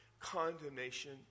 condemnation